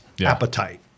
appetite